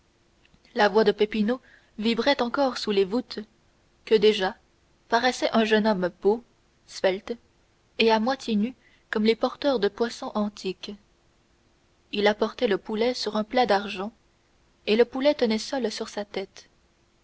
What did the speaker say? la voix de peppino vibrait encore sous les voûtes que déjà paraissait un jeune homme beau svelte et à moitié nu comme les porteurs de poissons antiques il apportait le poulet sur un plat d'argent et le poulet tenait seul sur sa tête